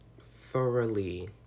thoroughly